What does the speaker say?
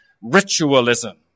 ritualism